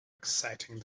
exciting